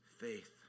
faith